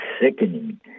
sickening